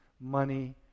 money